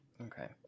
Okay